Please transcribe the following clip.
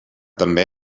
també